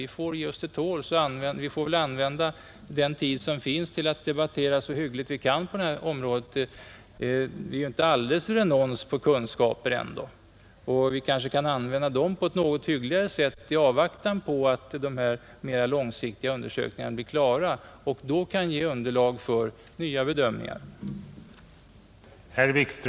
Vi får ge oss till tåls och använda den tid som finns till att föra en så hygglig debatt som möjligt på detta område. Vi är ändå inte helt renons på kunskaper och vi kanske kan använda dem på ett något hyggligare sätt än hittills i avvaktan på att de mer långsiktiga undersökningarna blir klara — och då kan ge underlag för nya bedömningar.